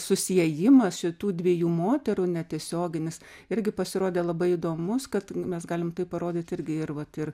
susiejimas šitų dviejų moterų netiesioginis irgi pasirodė labai įdomus kad mes galim tai parodyti irgi ir vat ir